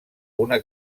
una